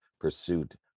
pursuit